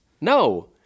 No